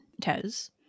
Tez